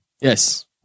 Yes